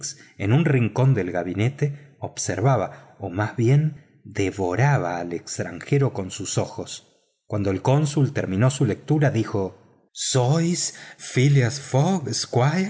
en un rincón del gabinete observaba o más bien devoraba al extranjero con sus ojos cuando el cónsul terminó su lectura dijo sois phileas